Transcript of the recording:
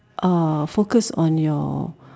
uh focus on your